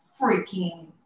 freaking